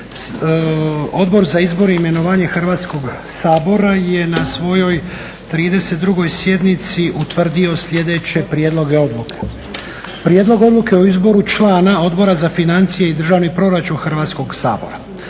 Odbor za izbor i imenovanje Hrvatskog sabora je na svojoj 32. sjednici utvrdio sljedeće prijedloge odluka. Prijedlog odluke o izboru člana Odbora za financije i državni proračun Hrvatskog sabora.